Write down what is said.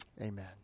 Amen